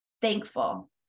thankful